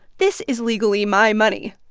this is legally my money.